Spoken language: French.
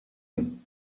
non